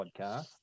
podcast